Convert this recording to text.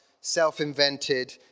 self-invented